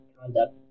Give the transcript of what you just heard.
conduct